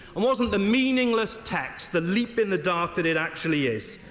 and wasn't the meaningless text, the leap in the dark that it actually is.